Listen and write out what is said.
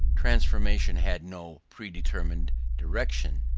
transformation had no predetermined direction,